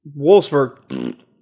Wolfsburg